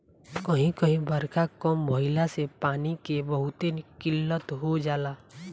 कही कही बारखा कम भईला से पानी के बहुते किल्लत हो जाला